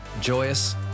joyous